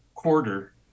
quarter